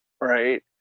Right